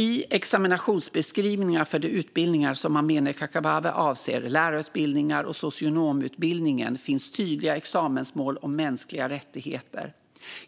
I examensbeskrivningarna för de utbildningar som Amineh Kakabaveh anger - lärarutbildningarna och socionomutbildningen - finns tydliga examensmål om mänskliga rättigheter.